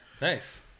Nice